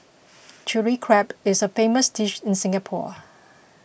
Chilli Crab is a famous dish in Singapore